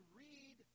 read